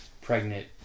pregnant